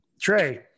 Trey